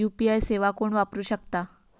UPI सेवा कोण वापरू शकता?